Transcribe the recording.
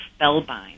spellbind